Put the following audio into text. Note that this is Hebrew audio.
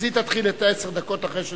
אז היא תתחיל את עשר הדקות אחרי שתסיים.